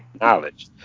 Knowledge